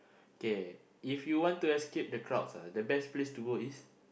K if you want to escape the crowds ah the best place to go is